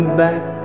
back